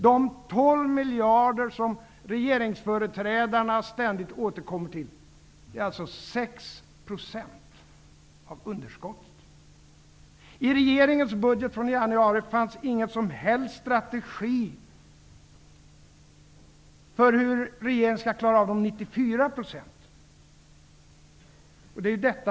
De 12 miljarder kronor som regeringsföreträdarna ständigt återkommer till utgör alltså 6 % av underskottet. I regeringens budget från i januari fanns ingen som helst strategi för hur regeringen skulle klara att täcka de 94 procenten av det svarta hålet.